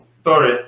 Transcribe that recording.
Story